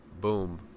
boom